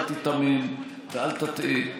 אל תיתמם ואל תטעה.